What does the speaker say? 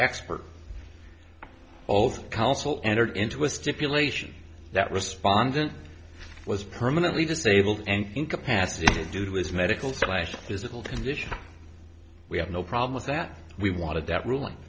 expert oath counsel entered into a stipulation that respondent was permanently disabled and incapacitated due to his medical slash physical condition we have no problem with that we wanted that rulin